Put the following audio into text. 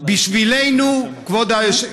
בשבילנו, כבוד היושב-ראש,